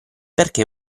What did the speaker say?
perché